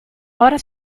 ora